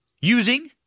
using